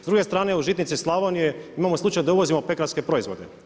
S druge strane u žitnici Slavonije, imamo slučaj da uvozimo pekarske proizvode.